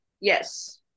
yes